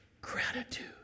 gratitude